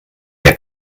der